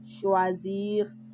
choisir